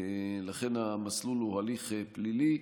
לכן המסלול הוא הליך פלילי,